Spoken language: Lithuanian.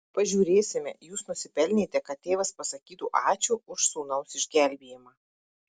pažiūrėsime jūs nusipelnėte kad tėvas pasakytų ačiū už sūnaus išgelbėjimą